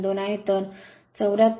02 आहे तर 74